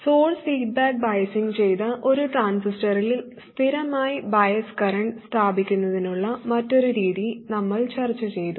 source feedback biasing ചെയ്ത ഒരു ട്രാൻസിസ്റ്ററിൽ സ്ഥിരമായ ബയസ് കറന്റ് സ്ഥാപിക്കുന്നതിനുള്ള മറ്റൊരു രീതി നമ്മൾ ചർച്ചചെയ്തു